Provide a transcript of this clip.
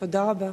תודה רבה.